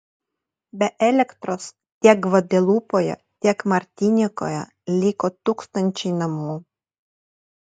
be elektros tiek gvadelupoje tiek martinikoje liko tūkstančiai namų